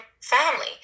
family